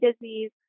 disease